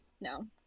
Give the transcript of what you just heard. No